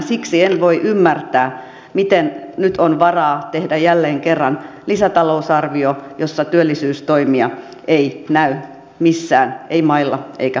siksi en voi ymmärtää miten nyt on varaa tehdä jälleen kerran lisätalousarvio jossa työllisyystoimia ei näy missään ei mailla eikä halmeilla